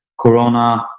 corona